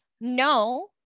no